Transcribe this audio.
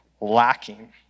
lacking